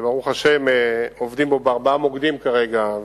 ברוך השם, עובדים בו בארבעה מוקדים כרגע.